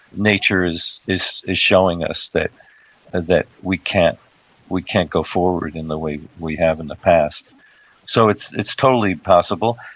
nature is is showing us that that we can't we can't go forward in the way we have in the past so it's it's totally possible.